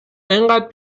اینقد